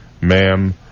Ma'am